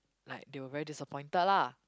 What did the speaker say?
like they were very disappointed lah